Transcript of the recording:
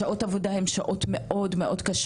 השעות עבודה הן מאוד קשות,